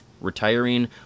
retiring